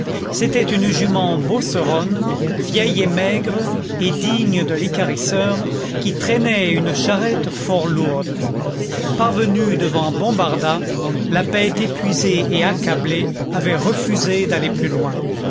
c'était une jument beauceronne vieille et maigre et digne de l'équarrisseur qui traînait une charrette fort lourde parvenue devant bombarda la bête épuisée et accablée avait refusé d'aller plus loin